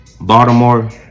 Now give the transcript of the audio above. Baltimore